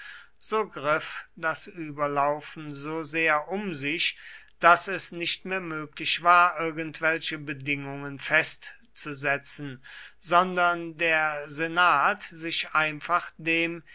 so griff das überlaufen so sehr um sich daß es nicht mehr möglich war irgendwelche bedingungen festzusetzen sondern der senat sich einfach dem